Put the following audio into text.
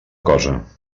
cosa